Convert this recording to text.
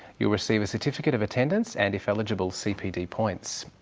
you'll receive a certificate of attendance and, if eligible, cpd points.